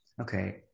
okay